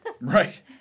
Right